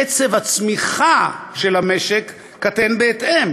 קצב הצמיחה של המשק קטן בהתאם?